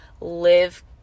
live